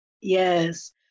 Yes